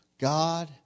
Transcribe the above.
God